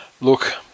Look